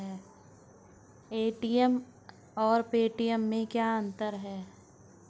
ATM और Paytm में क्या अंतर है?